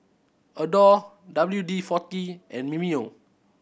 Adore W D Forty and Mimeo